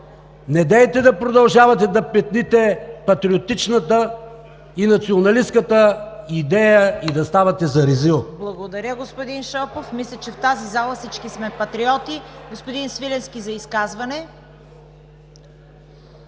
недейте да продължавате да петните патриотичната и националистката идея и да ставате за резил. ПРЕДСЕДАТЕЛ ЦВЕТА КАРАЯНЧЕВА: Благодаря, господин Шопов. Мисля, че в тази зала всички сме патриоти. Господин Свиленски – за изказване.